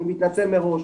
אני מתנצל מראש,